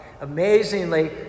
Amazingly